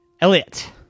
Elliot